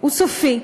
הוא סופי.